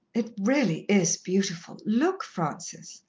it really is beautiful. look, francis,